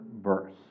verse